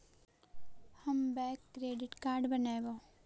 हम bank credit card बनैवो?